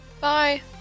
bye